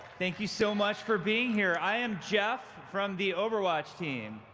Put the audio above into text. thank you so much for being here. i am jeff from the overwatch team.